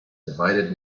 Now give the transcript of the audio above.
divided